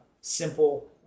simple